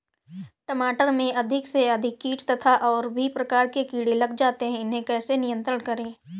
टमाटर में अधिक से अधिक कीट तथा और भी प्रकार के कीड़े लग जाते हैं इन्हें कैसे नियंत्रण करें?